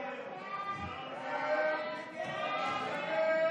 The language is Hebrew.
להעביר לוועדה את הצעת חוק שירות ביטחון (תיקון,